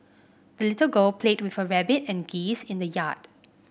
the little girl played with her rabbit and geese in the yard